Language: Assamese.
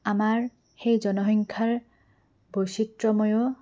আমাৰ সেই জনসংখ্যাৰ বৈচিত্ৰময়ো